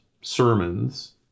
sermons